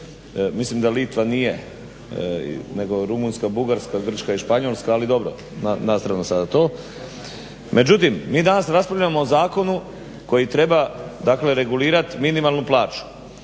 mislim da Litva nije, nego Rumunjska, Bugarska, Grčka i Španjolska ali dobro, na stranu sada to. Međutim, mi danas ne raspravljamo o zakonu koji treba dakle regulirat minimalnu plaću,